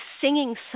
singing